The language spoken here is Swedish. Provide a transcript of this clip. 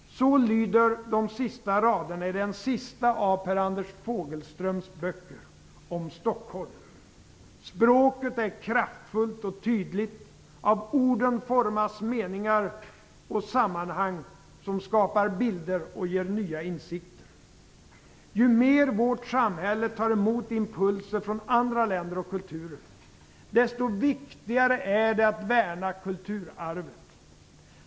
Så lyder de sista raderna i den sista av Per Anders Fogelströms böcker om Stockholm. Språket är kraftfullt och tydligt. Av orden formas meningar och sammanhang som skapar bilder och ger nya insikter. Ju mer vårt samhälle tar emot impulser från andra länder och kulturer, desto viktigare är det att värna kulturarvet.